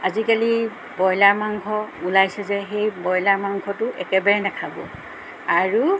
আজিকালি ব্ৰইলাৰ মাংস ওলাইছে যে সেই ব্ৰইলাৰ মাংসটো একেবাৰে নাখাব আৰু